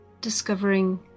discovering